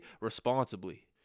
responsibly